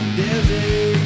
dizzy